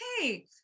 hey